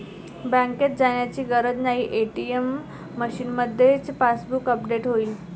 बँकेत जाण्याची गरज नाही, ए.टी.एम मशीनमध्येच पासबुक अपडेट होईल